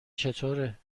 چطوره